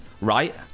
right